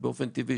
באופן טבעי,